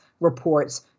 reports